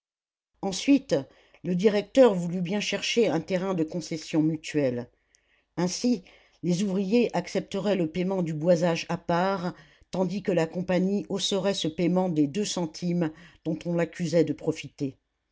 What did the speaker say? ensuite le directeur voulut bien chercher un terrain de concessions mutuelles ainsi les ouvriers accepteraient le paiement du boisage à part tandis que la compagnie hausserait ce paiement des deux centimes dont on l'accusait de profiter